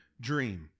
dream